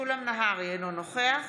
אינו נוכח